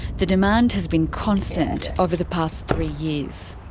the demand has been constant over the past three years.